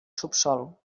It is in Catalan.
subsòl